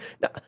now